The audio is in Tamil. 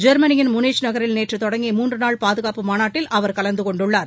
ஜெர்மனியின் முனீச் நகரில் நேற்று தொடங்கிய முன்று நாள் பாதகாப்பு மாநாட்டில் அவர் கலந்து கொண்டுள்ளார்